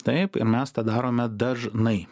taip ir mes tą darome dažnai